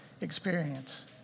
experience